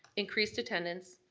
increased attendance,